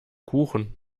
kuchen